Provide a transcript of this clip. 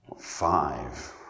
five